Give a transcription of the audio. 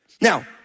Now